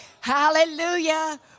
Hallelujah